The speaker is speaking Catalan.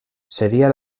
seria